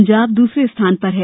पंजाब दूसरे स्थान पर है